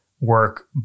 work